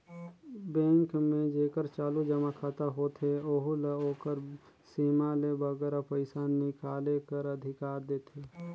bank में जेकर चालू जमा खाता होथे ओहू ल ओकर सीमा ले बगरा पइसा हिंकाले कर अधिकार देथे